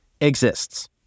exists